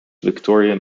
victorian